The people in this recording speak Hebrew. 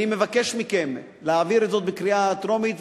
אני מבקש מכם להעביר זאת בקריאה טרומית,